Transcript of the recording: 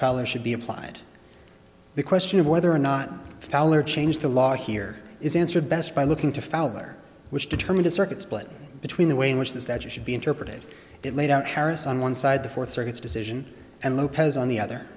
follow should be applied the question of whether or not fowler changed the law here is answered best by looking to fowler which determined a circuit split between the way in which is that it should be interpreted it laid out harris on one side the fourth circuit's decision and lopez on the other